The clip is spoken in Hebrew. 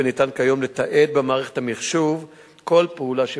וניתן כיום לתעד במערכת המחשוב כל פעולה שבוצעה.